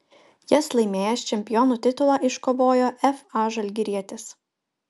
jas laimėjęs čempionų titulą iškovojo fa žalgirietis